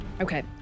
Okay